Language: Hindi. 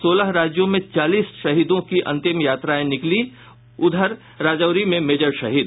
सोलह राज्यों में चालीस शहीदों की अंतिम यात्राएं निकली उधर राजौरी में मेजर शहीद